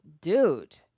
Dude